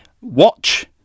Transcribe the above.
watch